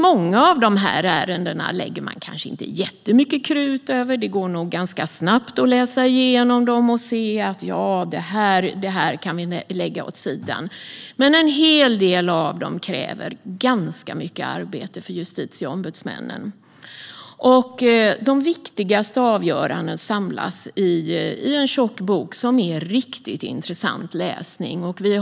Många av dessa lägger man kanske inte jättemycket krut på. Det går säkert ganska snabbt att läsa igenom dem och se att de kan läggas åt sidan. Men en hel del av dem kräver mycket arbete av justitieombudsmännen. De viktigaste avgörandena samlas i en tjock bok, som utgör riktigt intressant läsning.